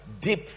deep